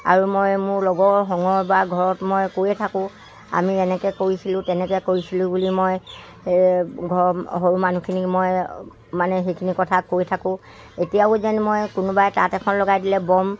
আৰু মই মোৰ লগৰ হঙৰ বা ঘৰত মই কৈয়ে থাকোঁ আমি এনেকৈ কৰিছিলোঁ তেনেকৈ কৰিছিলোঁ বুলি মই ঘৰৰ সৰু মানুহখিনিক মই মানে সেইখিনি কথা কৈ থাকোঁ এতিয়াও যেন মই কোনোবাই তাঁত এখন লগাই দিলে বম